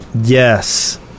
Yes